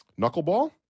knuckleball